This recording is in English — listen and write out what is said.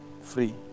Free